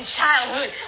childhood